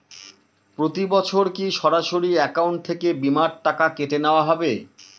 প্রতি বছর কি সরাসরি অ্যাকাউন্ট থেকে বীমার টাকা কেটে নেওয়া হবে?